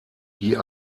die